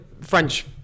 French